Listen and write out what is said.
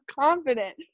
confident